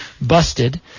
busted